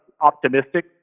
optimistic